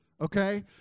Okay